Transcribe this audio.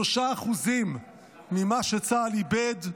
3% ממה שצה"ל איבד,